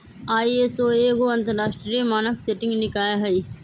ISO एगो अंतरराष्ट्रीय मानक सेटिंग निकाय हइ